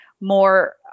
more